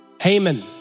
Haman